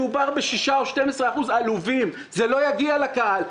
מדובר ב-6% או 12% עלובים, זה לא יגיע לקהל.